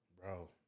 Bro